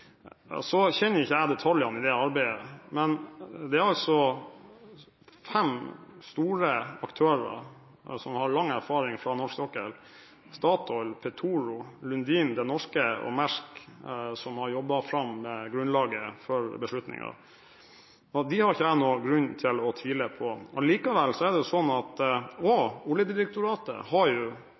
kjenner ikke detaljene i det arbeidet, men det er altså fem store aktører som har lang erfaring fra norsk sokkel – Statoil, Petoro, Lundin, Det Norske og Maersk – som har jobbet fram grunnlaget for beslutningen. De har ikke jeg noen grunn til å tvile på. Allikevel har også Oljedirektoratet bidratt i dette arbeidet med innspill knyttet til både tekniske og økonomiske forutsetninger som operatøren har